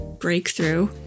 breakthrough